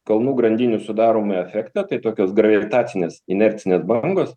kalnų grandinių sudaromą efektą tai tokios gravitacinės inercinės bangos